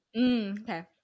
Okay